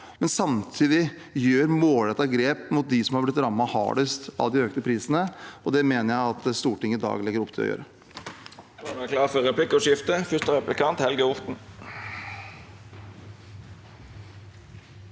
men samtidig ta målrettede grep for dem som har blitt rammet hardest av de økte prisene. Det mener jeg at Stortinget i dag legger opp til å gjøre.